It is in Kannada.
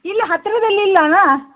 ಇಲ್ಲಿ ಹತ್ರದಲ್ಲಿ ಇಲ್ವಾ